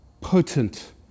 potent